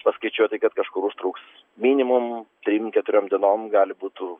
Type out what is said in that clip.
paskaičiuoti kad kažkur užtruks minimum trim keturiom dienom gali būtų